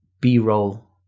b-roll